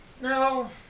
No